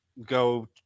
go